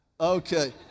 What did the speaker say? Okay